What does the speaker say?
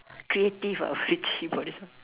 creative ah very chim ah this one